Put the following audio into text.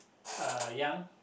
uh young